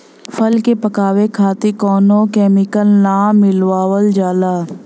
फल के पकावे खातिर कउनो केमिकल ना मिलावल जाला